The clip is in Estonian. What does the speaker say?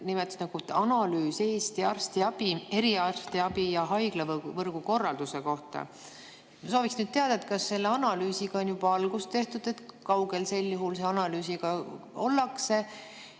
nimetasite, analüüs Eesti arstiabi, eriarstiabi ja haiglavõrgu korralduse kohta. Ma sooviksin nüüd teada, kas selle analüüsiga on juba algust tehtud ja kui kaugel sel juhul selle analüüsiga ollakse.